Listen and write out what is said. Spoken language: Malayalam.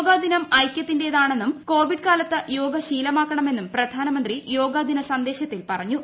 യോഗാ ദിനം ഐക്യത്തിന്റേതാ ണെന്നും കോവിഡ് കാലത്ത് യോഗ ശീലമാക്കണന്നും പ്രധാന മന്ത്രി യോഗ ദിന സന്ദേശത്തിൽ പറഞ്ഞു